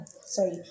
sorry